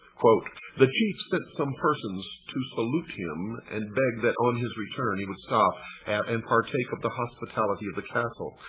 the chief sent some persons to salute him and beg that, on his return he would stop at and partake of the hospitality of the castle.